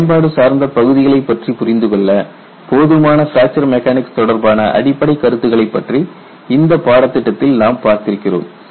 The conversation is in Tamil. பயன்பாடு சார்ந்த பகுதிகளைப் பற்றி புரிந்து கொள்ள போதுமான பிராக்சர் மெக்கானிக்ஸ் தொடர்பான அடிப்படை கருத்துக்களைப் பற்றி இந்த பாடத்திட்டத்தில் நாம் பார்த்திருக்கிறோம்